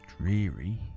dreary